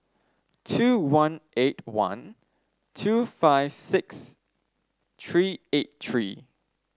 two one eight one two five six three eight three